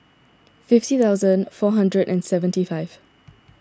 fifty thousand four hundred and seventy five